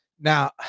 Now